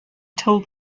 told